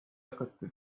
hakata